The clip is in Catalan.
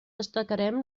destacarem